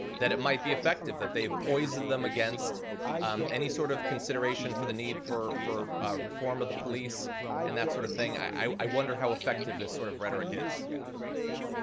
that it might be effective. that they've poisoned them against any sort of consideration for the need for for reform of the police and that sort of thing. i wonder how effective this sort of rhetoric